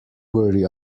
worry